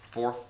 Four